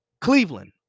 Cleveland